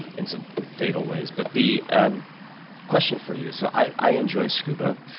in some fatal ways. but the um question for you so i enjoy scuba,